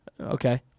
Okay